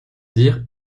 dire